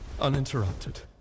uninterrupted